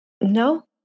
No